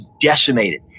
decimated